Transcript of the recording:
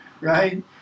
right